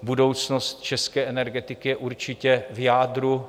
Budoucnost české energetiky je určitě v jádru.